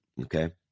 okay